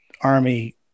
army